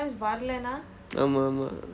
ஆமாம் ஆமாம்:aamaam aamaam